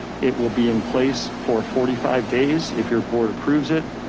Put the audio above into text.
it will be in place for forty five days if your board approves it.